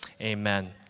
amen